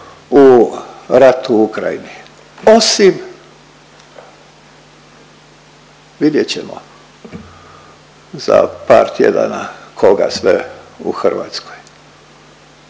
u rat u Ukrajini osim, vidjet ćemo za par tjedana koga sve u Hrvatskoj